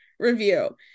Review